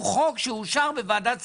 הוא חוק שאושר בוועדת שרים.